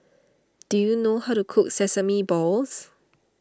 do you know how to cook Sesame Balls